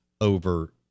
over